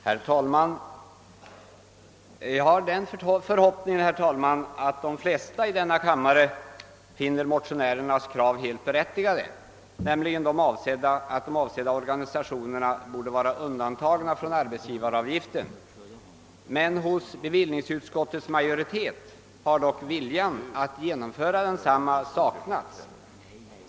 Herr talman! Jag har den förhoppningen att de flesta i denna kammare inser det berättigade i motionärernas krav, att ifrågavarande organisationer undantas från arbetsgivaravgiften. Hos bevillningsutskottets majoritet har dock viljan att tillgodose detta krav saknats.